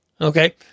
okay